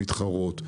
מתחרות.